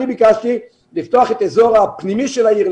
אני ביקשתי לפתוח לאלתר את האזור הפנימי של העיר.